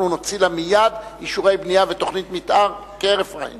אנחנו נוציא לה מייד אישורי בנייה ותוכנית מיתאר כהרף עין.